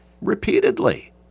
repeatedly